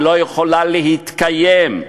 היא לא יכולה להתקיים.